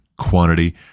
quantity